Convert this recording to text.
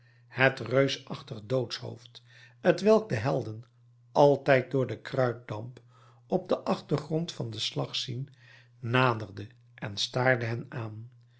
het reusachtig doodshoofd t welk de helden altijd door den kruitdamp op den achtergrond van den slag zien naderde en staarde hen aan